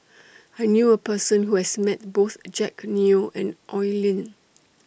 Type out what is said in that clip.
I knew A Person Who has Met Both Jack Neo and Oi Lin